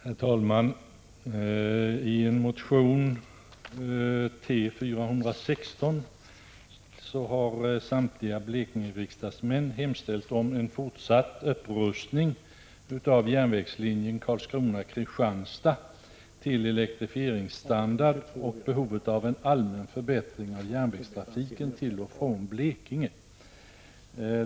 Herr talman! I motion T416 har samtliga Blekingeriksdagsmän hemställt om en fortsatt upprustning av järnvägslinjen Karlskrona—Kristianstad till elektrifieringsstandard och påtalat behovet av en allmän förbättring av järnvägstrafiken till och från Blekinge.